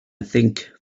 think